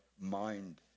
mind